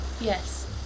Yes